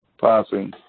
passing